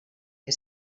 que